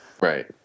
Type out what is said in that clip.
Right